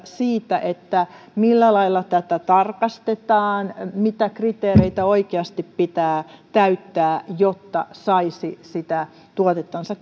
siitä millä lailla tätä tarkastetaan mitä kriteereitä oikeasti pitää täyttää jotta saisi sitä tuotettansa